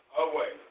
away